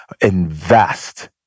invest